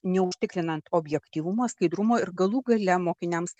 neužtikrinant objektyvumo skaidrumo ir galų gale mokiniams